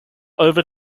over